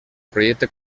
projecte